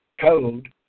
Code